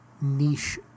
niche